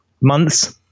months